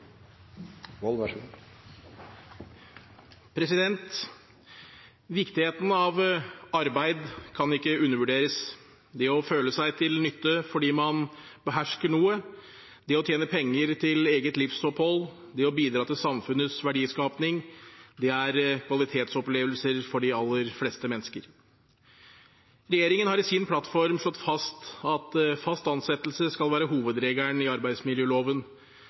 med på. Viktigheten av arbeid kan ikke undervurderes. Det å føle seg til nytte fordi man behersker noe, det å tjene penger til eget livsopphold og det å bidra til samfunnets verdiskapning er kvalitetsopplevelser for de aller fleste mennesker. Regjeringen har i sin plattform slått fast at fast ansettelse skal være hovedregelen i arbeidsmiljøloven,